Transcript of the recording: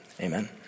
Amen